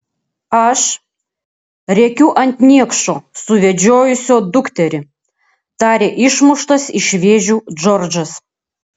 aš rėkiu ant niekšo suvedžiojusio dukterį tarė išmuštas iš vėžių džordžas